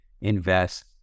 invest